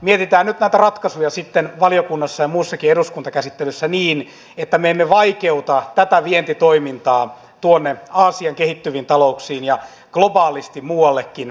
mietitään nyt näitä ratkaisuja sitten valiokunnassa ja muussakin eduskuntakäsittelyssä niin että me emme vaikeuta tätä vientitoimintaa aasian kehittyviin talouksiin ja globaalisti muuallekin vientipaikkoihin